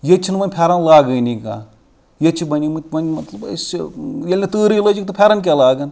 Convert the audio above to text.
ییٚتہِ چھِنہٕ وۄنۍ پھیٚرَن لاگٲنی کانٛہہ ییٚتہِ چھِ بَنیمٕتۍ وۄنۍ مطلب أسۍ ییٚلہِ نہٕ تۭرٕے لٔجِکھ تہٕ پھیٚرَن کیٛاہ لاگَن